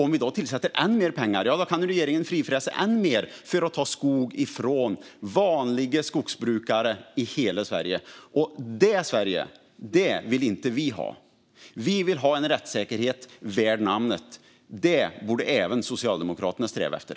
Om vi tillsätter ännu mer pengar kan regeringen frifräsa ännu mer för att ta skog ifrån vanliga skogsbrukare i hela Sverige. Det är ett Sverige som vi inte vill ha. Vi vill ha en rättssäkerhet värd namnet. Detta borde även Socialdemokraterna sträva efter.